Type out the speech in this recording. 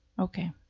Okay